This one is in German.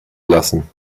lassen